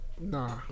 Nah